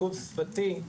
עיכוב שפתי,